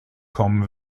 kommen